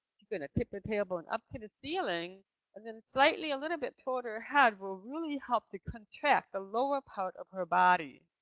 going to take the tail bone up to the ceiling and then slightly a little bit toward her head will really help to contract the lower part of her body,